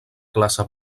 classe